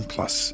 Plus